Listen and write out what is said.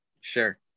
Sure